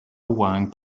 wang